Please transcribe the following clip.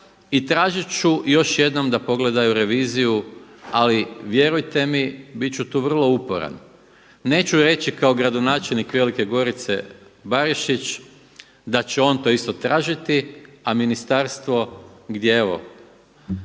I tražit ću još jednom da pogledaju reviziju, ali vjerujte mi bit ću tu vrlo uporan. Neću reći kao gradonačelnik Velike Gorice Barišić da će on to isto tražiti, a ministarstvo gdje evo